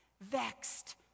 vexed